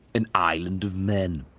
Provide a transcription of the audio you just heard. an island of men.